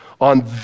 on